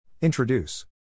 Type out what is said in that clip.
Introduce